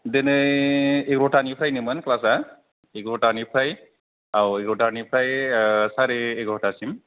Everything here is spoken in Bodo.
दिनै एगारथानिफ्रायनोमोन क्लासा एगारथानिफ्राय औ एगारथानिफ्राय ओ साराय एगारथासिम